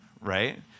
right